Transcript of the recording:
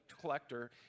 collector